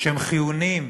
שהם חיוניים